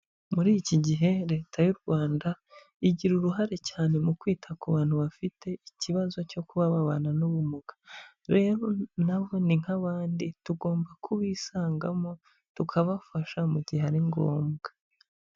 Muri iki gihe, leta y'u Rwanda igira uruhare cyane mu kwita ku bantu bafite ikibazo cyo kuba babana n'ubumuga. Rero na bo ni nk'abandi, tugomba kubisangamo, tukabafasha mu gihe ari ngombwa.